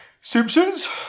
Simpsons